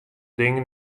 dingen